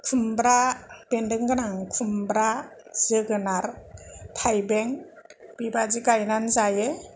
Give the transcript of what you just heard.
खुमब्रा बेनदों गोनां खुमब्रा जोगोनार थाइबें बेबादि गायनानै जायो